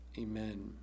Amen